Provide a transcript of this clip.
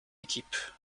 équipe